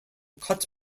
cut